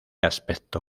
aspecto